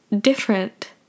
different